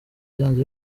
byanze